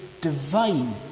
divine